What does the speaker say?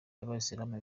y’abayisilamu